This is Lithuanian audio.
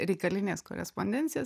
reikalinės korespondencijos